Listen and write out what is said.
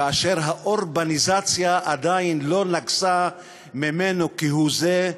כאשר האורבניזציה עדיין לא נגסה ממנו כהוא זה.